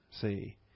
see